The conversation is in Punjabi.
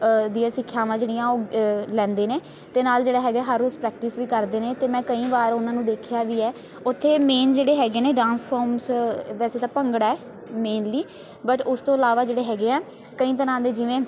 ਦੀਆਂ ਸਿੱਖਿਆਵਾਂ ਜਿਹੜੀਆਂ ਉਹ ਲੈਂਦੇ ਨੇ ਅਤੇ ਨਾਲ ਜਿਹੜਾ ਹੈਗਾ ਹਰ ਰੋਜ਼ ਪ੍ਰੈਕਟਿਸ ਵੀ ਕਰਦੇ ਨੇ ਅਤੇ ਮੈਂ ਕਈ ਵਾਰ ਉਹਨਾਂ ਨੂੰ ਦੇਖਿਆ ਵੀ ਹੈ ਉੱਥੇ ਮੇਨ ਜਿਹੜੇ ਹੈਗੇ ਨੇ ਡਾਂਸ ਫੋਮਸ ਵੈਸੇ ਤਾਂ ਭੰਗੜਾ ਹੈ ਮੇਨਲੀ ਬਟ ਉਸ ਤੋਂ ਇਲਾਵਾ ਜਿਹੜੇ ਹੈਗੇ ਆ ਕਈ ਤਰ੍ਹਾਂ ਦੇ ਜਿਵੇਂ